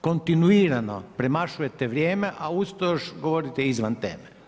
Kontinuirano premašujete vrijeme, a uz to još govorite izvan teme.